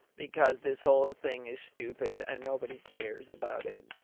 because this whole thing is stupid and nobody cares about it!